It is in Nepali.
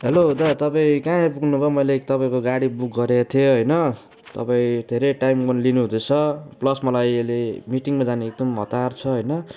हेलो दा तपाईँ कहाँ आइपुग्नु भयो मैले तपाईँको गाडी बुक गरेको थिएँ होइन तपाईँ धेरै टाइम लिनुहुँदैछ प्लस मलाई अहिले मिटिङमा जाने एकदम हतार छ होइन